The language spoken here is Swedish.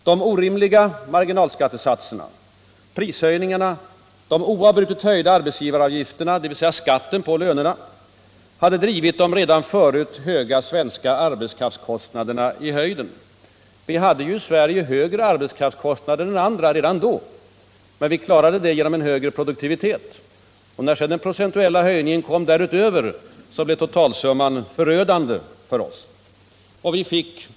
De orimliga marginalskattesatserna, prishöjningarna, de oavbrutet höjda arbetsgivaravgifterna — dvs. skatten på lönerna — hade drivit de redan förut höga svenska arbetskraftskostnaderna i höjden. Vi hade ju i Sverige högre arbetskraftskostnader än andra redan då, men vi klarade det genom en högre produktivitet. När sedan den procentuella höjningen kom därutöver, så blev totalsumman förödande för oss.